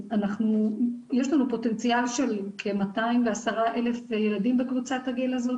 יש לנו פוטנציאל של כ-210 אלף ילדים בקבוצת הגיל הזאת,